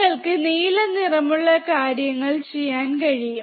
നിങ്ങൾക്ക് നീല നിറമുള്ള കാര്യം കാണാൻ കഴിയും